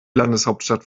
landeshauptstadt